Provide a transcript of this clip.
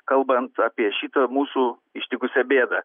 kalbant apie šitą mūsų ištikusią bėdą